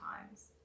times